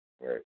Right